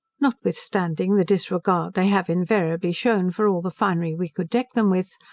notwithstanding the disregard they have invariably shewn for all the finery we could deck them with,